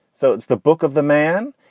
so it's the book of the man.